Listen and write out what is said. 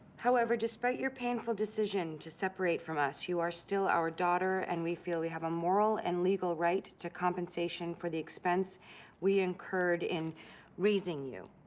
however, despite your painful decision to separate from us, you are still our daughter and we feel we have a moral and legal right to compensation for the expense we incurred in raising you.